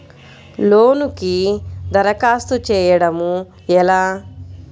లోనుకి దరఖాస్తు చేయడము ఎలా?